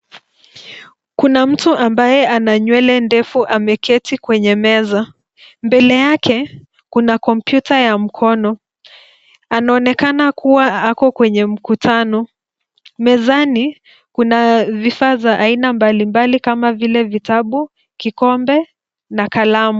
Kuna mtu ambaye ana nywele ndefu ameketi kwenye meza. Mbele yake, kuna kompyuta ya mkono. Anaonekana kuwa ako kwenye mkutano. Mezani, kuna vifaa aina mbalimbali kama vile vitabu, kikombe, na kalamu.